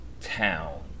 town